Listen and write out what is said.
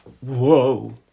Whoa